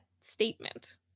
statement